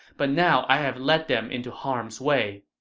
but now i have led them into harm's way.